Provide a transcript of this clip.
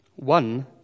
One